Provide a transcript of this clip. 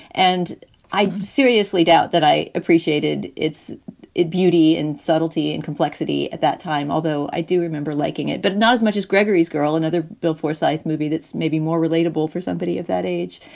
and i seriously doubt that i appreciated its beauty and subtlety and complexity at that time, although i do remember liking it, but not as much as gregory's girl and other bill forsyth movie. that's maybe more relatable for somebody of that age.